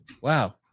Wow